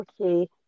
okay